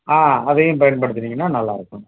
ஆ அதையும் பயன்படுத்துனீங்கன்னால் நல்லா இருக்கும்